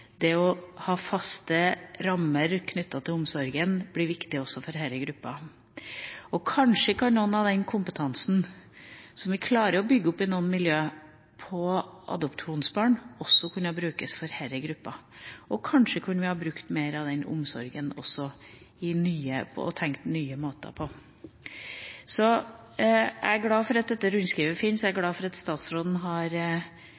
Det å ha faste rammer knyttet til omsorgen blir viktig også for denne gruppa. Kanskje kunne noe av den kompetansen som vi klarer å bygge opp i noen miljøer på adopsjonsbarn, også brukes for denne gruppa, og kanskje kunne vi ha brukt mer av den omsorgen også i nye måter å tenke på. Jeg er glad for at dette rundskrivet fins. Jeg er glad for at statsråden har